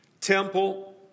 temple